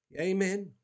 Amen